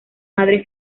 madre